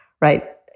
right